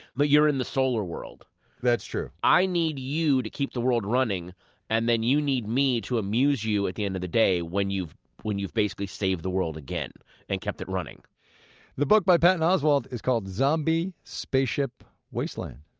but you're in the solar world that's true i need you to keep the world running and then you need me to amuse you at the end of the day when you've when you've basically saved the world again and kept it running the book by patton oswalt is called zombie spaceship wasteland.